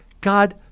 God